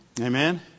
Amen